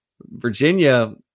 Virginia